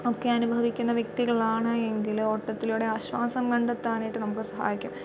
ഒക്കെ അനുഭവിക്കുന്ന വ്യക്തികളാണ് എങ്കിൽ ഓട്ടത്തിലൂടെ ആശ്വാസം കണ്ടെത്തനായിട്ട് നമുക്ക് സഹായിക്കും